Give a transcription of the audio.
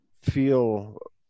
feel